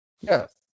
Yes